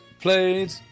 played